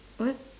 what